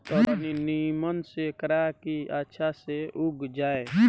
तनी निमन से करा की अच्छा से उग जाए